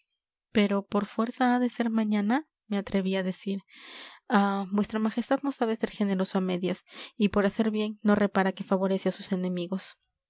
pero por fuerza ha de ser mañana me atreví a decir ah vuestra majestad no sabe ser generoso a medias y por hacer bien no repara que favorece a sus enemigos